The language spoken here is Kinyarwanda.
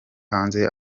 hanze